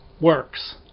works